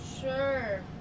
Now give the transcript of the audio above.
sure